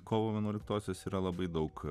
kovo vienuoliktosios yra labai daug